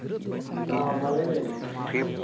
ᱦᱚᱸ ᱢᱟ ᱞᱟᱹᱭ ᱵᱤᱱ